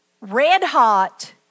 red-hot